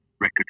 record